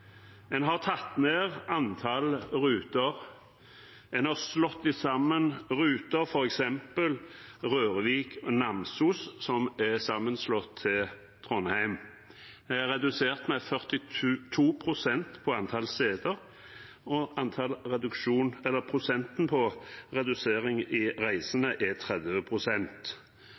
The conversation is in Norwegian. En har tatt ned antall ruter, en har slått sammen ruter, f.eks. Rørvik og Namsos, som er sammenslått til Trondheim. De har redusert med 42 pst. på antall seter, og reduksjonen i antall reisende er